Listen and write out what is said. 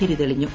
തിരിതെളിഞ്ഞു